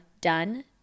done